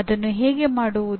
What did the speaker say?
ಅದನ್ನು ಹೇಗೆ ಮಾಡುವುದು